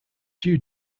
due